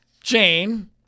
Jane